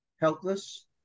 helpless